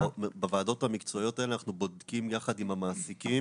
בוועדות המקצועיות האלה אנחנו בודקים יחד עם המעסיקים